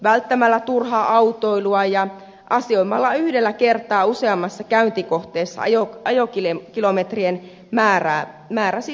välttämällä turhaa autoilua ja asioimalla yhdellä kertaa useammassa käyntikohteessa ajokilometrien määrä siis vähenee